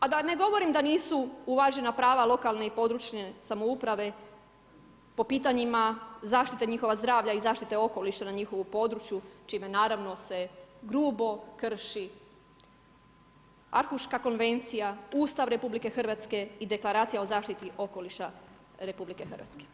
A da ne govorim da nisu uvažena prava lokalne i područne samouprave po pitanjima zaštite njihova zdravlja i zaštite okoliša na njihovu području čime naravno se, grubo krši Arhuška konvencija, Ustav RH i Deklaracija o zaštiti okoliša RH.